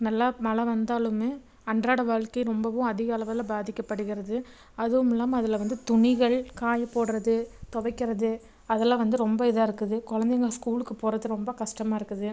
நல்ல மழை வந்தாலும் அன்றாட வாழ்க்கை ரொம்பவும் அதிகளவில் பாதிக்கப்படுகிறது அதுவும் இல்லாமல் அதில் வந்து துணிகள் காயப் போடுறது துவைக்கிறது அதெல்லாம் வந்து ரொம்ப இதாக இருக்குது குழந்தைங்க ஸ்கூலுக்கு போகிறது ரொம்ப கஷ்டமாக இருக்குது